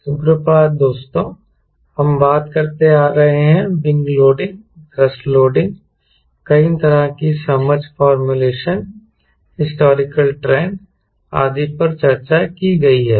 सुप्रभात दोस्तों हम बात करते आ रहे हैं विंग लोडिंग थ्रस्ट लोडिंग कई तरह की समझ फॉर्मूलेशन हिस्टॉरिकल ट्रेंड आदि पर चर्चा की गई है